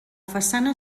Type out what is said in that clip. façana